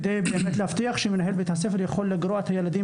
כדי להבטיח שמנהל בית הספר יוכל לגרוע את התלמידים